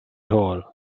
hole